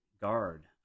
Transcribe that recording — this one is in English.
guard